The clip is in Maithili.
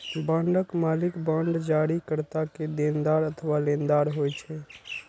बांडक मालिक बांड जारीकर्ता के देनदार अथवा लेनदार होइ छै